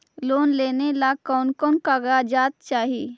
Loan लेने ला कोन कोन कागजात चाही?